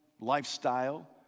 lifestyle